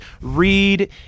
read